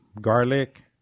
garlic